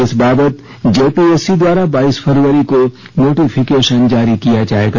इस बाबत जेपीएससी द्वारा बाइस फरवरी को नोटिफिकेशन जारी किया जाएगा